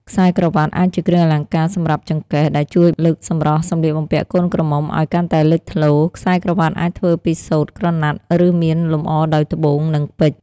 ខ្សែក្រវាត់ អាចជាគ្រឿងអលង្ការសម្រាប់ចង្កេះ ដែលជួយលើកសម្រស់សម្លៀកបំពាក់កូនក្រមុំឲ្យកាន់តែលេចធ្លោ។ ខ្សែក្រវ៉ាត់អាចធ្វើពីសូត្រ ក្រណាត់ ឬមានលម្អដោយត្បូង និងពេជ្រ។